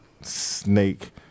snake